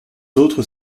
autres